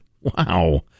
Wow